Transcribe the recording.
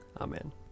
Amen